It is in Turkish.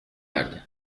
erdi